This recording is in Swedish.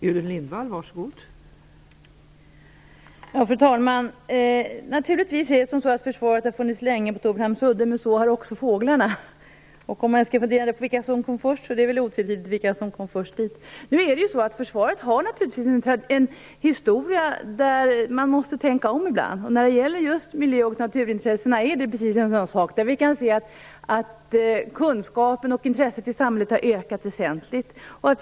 Fru talman! Försvaret har naturligtvis funnits länge på Torhamns udde. Men det har också fåglarna. Om man frågar sig vilka som kom först, är det otvetydigt vilka som först kom dit. Försvaret har givetvis en historia. Men man måste ibland tänka om. När det gäller miljö och naturintressena är det just ett sådant fall där vi kan se att kunskapen och intresset har ökat väsentligt i samhället.